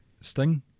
Sting